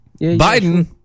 Biden